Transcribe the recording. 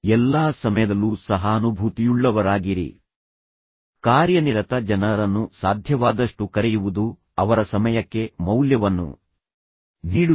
ಎಲ್ಲಾ ಸಮಯದಲ್ಲೂ ಸಹಾನುಭೂತಿಯುಳ್ಳವರಾಗಿರಿ ಕಾರ್ಯನಿರತ ಜನರನ್ನು ಸಾಧ್ಯವಾದಷ್ಟು ಕರೆಯುವುದು ಅವರ ಸಮಯಕ್ಕೆ ಮೌಲ್ಯವನ್ನು ನೀಡುತ್ತದೆ